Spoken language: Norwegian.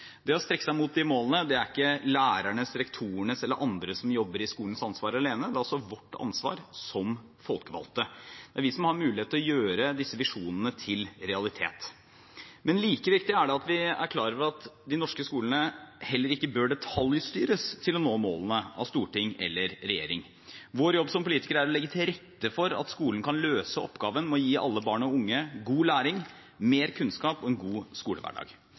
Det å strekke seg mot de målene er ikke ansvaret til lærerne, rektorene eller andre som jobber i skolen, alene. Det er også vårt ansvar – som folkevalgte. Det er vi som har mulighet til å gjøre disse visjonene til realitet. Like viktig er det at vi er klar over at den norske skolen heller ikke bør detaljstyres av storting eller regjering til å nå disse målene. Vår jobb som politikere er å legge til rette for at skolen kan løse oppgaven med å gi alle barn og unge god læring, mer kunnskap og en god skolehverdag.